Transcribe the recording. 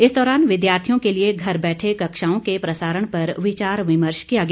इस दौरान विद्यार्थियों के लिये घर बैठे कक्षाओं के प्रसारण पर विचार विमर्श किया गया